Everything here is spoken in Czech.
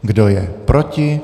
Kdo je proti?